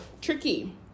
tricky